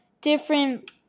different